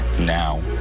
now